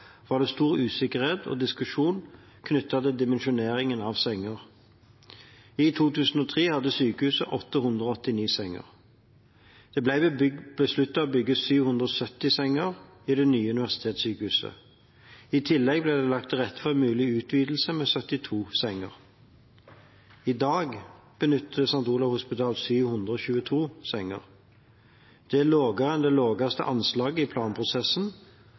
var det stor usikkerhet og diskusjon knyttet til dimensjoneringen av senger. I 2003 hadde sykehuset 889 senger. Det ble besluttet å bygge 770 senger i det nye universitetssykehuset. I tillegg ble det lagt til rette for en mulig utvidelse med 72 senger. I dag benytter St. Olavs hospital 722 senger. Det er færre enn det laveste anslaget i planprosessen